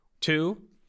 Two